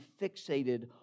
fixated